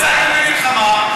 יצאתם למלחמה,